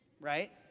Right